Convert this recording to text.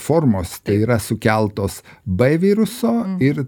formos tai yra sukeltos b viruso ir